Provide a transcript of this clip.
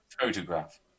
Photograph